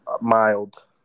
Mild